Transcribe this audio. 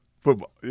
Football